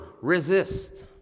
resist